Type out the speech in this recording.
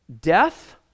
death